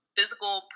physical